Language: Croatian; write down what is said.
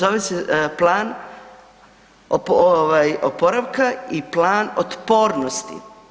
Zove se plan oporavka i plan otpornosti.